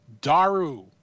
Daru